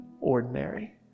ordinary